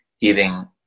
eating